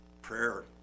prayer